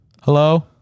Hello